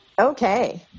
Okay